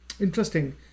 Interesting